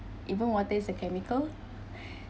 even water is a chemical